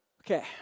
Okay